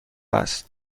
است